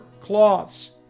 cloths